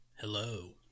Hello